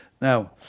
Now